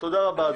תודה רבה, אדוני.